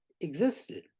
existed